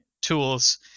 tools